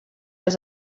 als